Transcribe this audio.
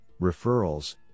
referrals